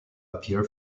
appear